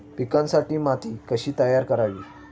पिकांसाठी माती कशी तयार करावी?